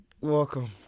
Welcome